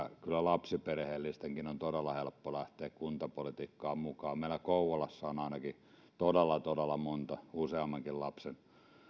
lapsiperheellistenkin on todella helppo lähteä kuntapolitiikkaan mukaan meillä kouvolassa on ainakin todella todella monta useammankin lapsen